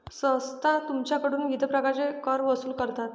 संस्था तुमच्याकडून विविध प्रकारचे कर वसूल करतात